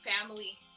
family